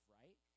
right